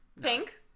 Pink